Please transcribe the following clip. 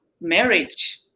marriage